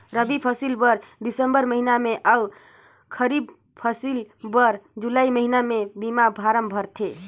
रबी फसिल बर दिसंबर महिना में अउ खरीब फसिल बर जुलाई महिना में बीमा फारम भराथे